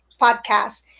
podcast